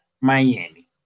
Miami